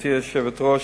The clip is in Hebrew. גברתי היושבת-ראש,